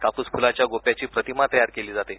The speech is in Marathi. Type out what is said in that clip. कापुस फुलाच्या गोप्याची प्रतिमा तयार केली जाते